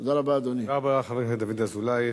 תודה רבה, אדוני.